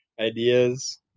ideas